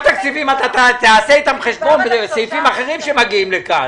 תקציבים אתה תעשה איתם חשבון בסעיפים אחרים שמגיעים לכאן.